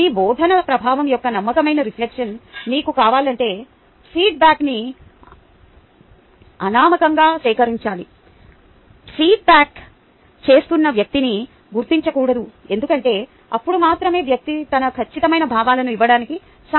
మీ బోధన ప్రభావం యొక్క నమ్మకమైన రిఫ్లెక్షన్ మీకు కావాలంటే ఫీడ్బ్యాక్న్ని అనామకంగా సేకరించాలి ఫీడ్బ్యాక్ చేస్తున్న వ్యక్తిని గుర్తించకూడదు ఎందుకంటే అప్పుడు మాత్రమే వ్యక్తి తన ఖచ్చితమైన భావాలను ఇవ్వడానికి సంకోచించడు